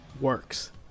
works